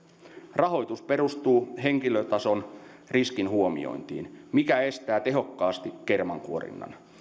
rahoitus perustuu henkilötason riskin huomiointiin mikä estää tehokkaasti kermankuorinnan